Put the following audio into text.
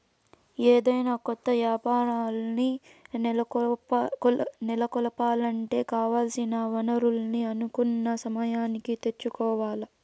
ఏదైనా కొత్త యాపారాల్ని నెలకొలపాలంటే కావాల్సిన వనరుల్ని అనుకున్న సమయానికి తెచ్చుకోవాల్ల